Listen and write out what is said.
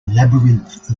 labyrinth